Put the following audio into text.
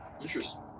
interesting